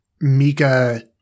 Mika